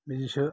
बिदिसो